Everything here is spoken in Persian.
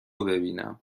ببینم